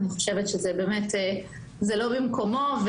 אני חושבת שהיא לא במקומה.